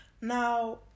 Now